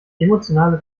emotionale